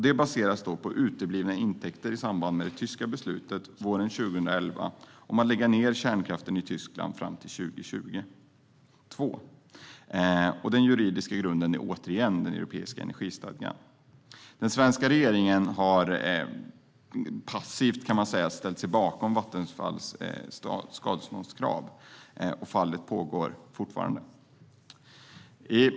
Det baseras på uteblivna intäkter i samband med det tyska beslutet våren 2011 att lägga ned kärnkraften i Tyskland fram till år 2022. Den juridiska grunden är återigen Europeiska energistadgan. Den svenska regeringen kan man säga passivt har ställt sig bakom Vattenfalls skadeståndskrav. Fallet pågår fortfarande.